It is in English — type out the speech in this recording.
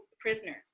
prisoners